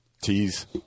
teas